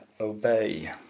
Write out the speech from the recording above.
obey